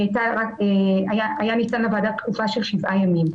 הייתה ניתנת לוועדה תקופה של שבעה ימים.